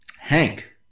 Hank